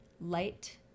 light